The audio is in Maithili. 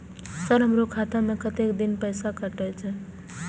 सर हमारो खाता में कतेक दिन पैसा कटल छे?